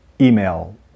email